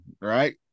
right